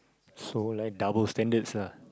so like double standards lah